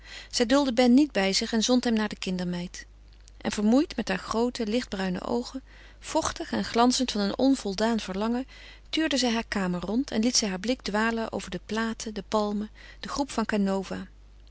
zij duldde ben niet bij zich en zond hem naar de kindermeid en vermoeid met haar groote lichtbruine oogen vochtig en glanzend van een onvoldaan verlangen tuurde zij haar kamer rond en liet zij haar blik dwalen over de platen de palmen de groep van